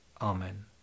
Amen